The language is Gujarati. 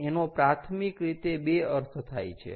તો એનો પ્રાથમિક રીતે બે અર્થ થાય છે